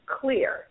clear